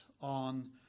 on